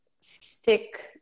stick